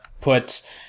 put